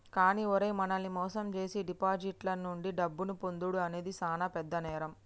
కానీ ఓరై మనల్ని మోసం జేసీ డిపాజిటర్ల నుండి డబ్బును పొందుడు అనేది సాన పెద్ద నేరం